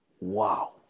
Wow